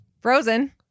Frozen